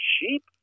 sheep